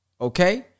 okay